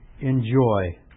Enjoy